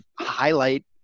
highlight